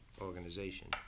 organization